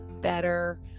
better